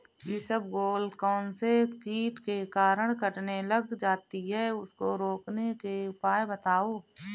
इसबगोल कौनसे कीट के कारण कटने लग जाती है उसको रोकने के उपाय बताओ?